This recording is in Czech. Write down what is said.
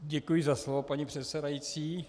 Děkuji za slovo, paní předsedající.